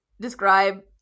describe